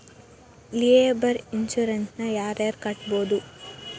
liable insurance ಯಾರ್ ಯಾರ್ ಕಟ್ಬೊದು